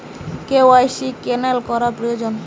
KYC cancel করা প্রয়োজন?